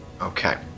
Okay